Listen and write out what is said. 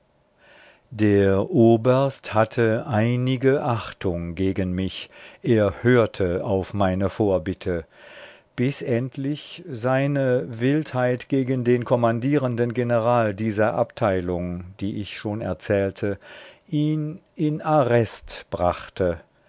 der oberst hatte einige achtung gegen mich er hörte auf meine vorbitte bis endlich seine wildheit gegen den kommandierenden general dieser abteilung die ich schon erzählte ihn in arrest brachte